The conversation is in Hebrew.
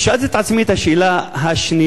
שאלתי את עצמי את השאלה השנייה: